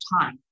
time